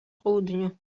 południu